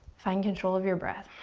find control of your breath.